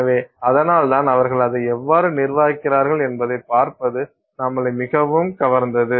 எனவே அதனால்தான் அவர்கள் அதை எவ்வாறு நிர்வகிக்கிறார்கள் என்பதைப் பார்ப்பது நம்மளை மிகவும் கவர்ந்தது